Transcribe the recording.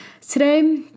today